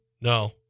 no